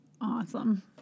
Awesome